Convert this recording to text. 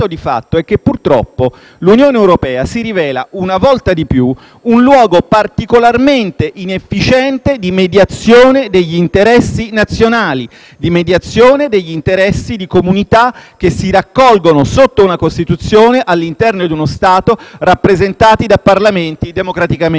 un luogo particolarmente inefficiente di mediazione degli interessi nazionali, degli interessi di comunità che si raccolgono sotto una Costituzione all'interno di uno Stato, rappresentate da Parlamenti democraticamente eletti. La mediazione europea è particolarmente inefficiente e trasforma un gioco